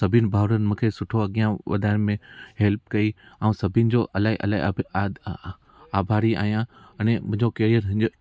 सभिनि भाउरनि मूंखे सुठो अॻिया वधाइण में हेल्प कई मां सभिनि जो इलाही इलाही आभारी आहियां अने मुंहिंजो केरु हीअंर